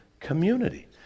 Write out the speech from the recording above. Community